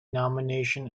nomination